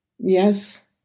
Yes